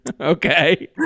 Okay